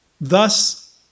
thus